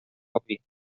boví